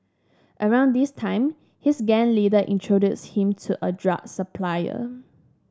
around this time his gang leader introduced him to a drug supplier